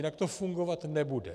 Jinak to fungovat nebude.